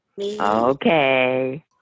Okay